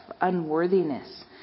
unworthiness